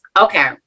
okay